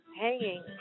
hanging